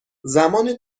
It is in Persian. زمان